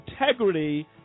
integrity